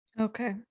Okay